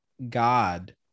God